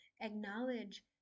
acknowledge